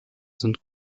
sind